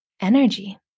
energy